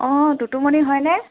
অ টুটুমণি হয়নে